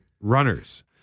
runners